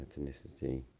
ethnicity